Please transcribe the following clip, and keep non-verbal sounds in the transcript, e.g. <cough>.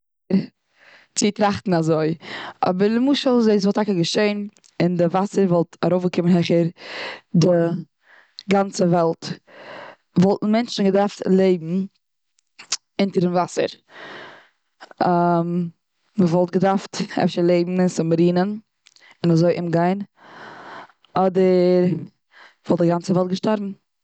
צו טראטן אזוי. אבער למשל דאס וואלט טאקע געשען און די וואסער וואלט ארויף געקומען העכער די גאנצע וועלט. וואלטן מענטשן געדארפט לעבן אינטערן וואסער. <hesitation> מ'וועלט געדארפט אפשר לעבן און סובמארינען און אזוי אומגיין. אדער וואלט די גאנצע וועלט געשטארבן.